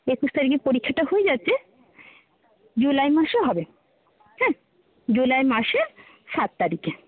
একুশ তারিখে পরীক্ষাটা হয়ে যাচ্ছে জুলাই মাসে হবে হ্যাঁ জুলাই মাসের সাত তারিখে